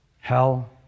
hell